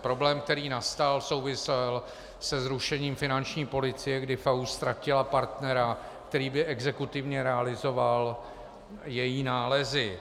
Problém, který nastal, souvisel se zrušením finanční policie, kdy FAÚ ztratil partnera, který by exekutivně realizoval její nálezy.